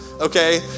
okay